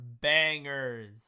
bangers